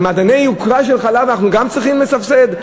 אבל מעדני יוקרה של חלב אנחנו גם צריכים לסבסד?